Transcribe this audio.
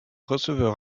receveur